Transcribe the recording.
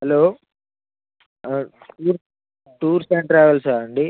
hello tours tours and ట్రావెల్సా అండి